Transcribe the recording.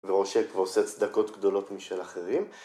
ורושק ועושה צדקות גדולות משל אחרים.